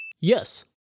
Yes